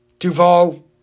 Duvall